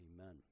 amen